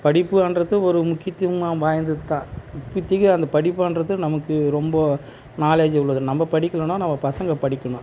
படிப்புன்றது ஒரு முக்கியத்துவம் வாய்ந்தது தான் இப்போதிக்கு அந்த படிப்புன்றது நமக்கு ரொம்ப நாலேஜி உள்ளது நம்ம படிக்கலைன்னா நம்ம பசங்க படிக்கணும்